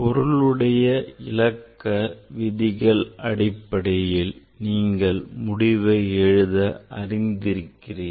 பொருளுடைய இலக்க விதிகள் அடிப்படையில் நீங்கள் முடிவை எழுத அறிந்திருக்கிறீர்கள்